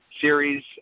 series